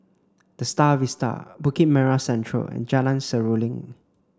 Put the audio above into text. The Star Vista Bukit Merah Central and Jalan Seruling